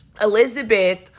Elizabeth